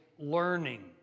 learning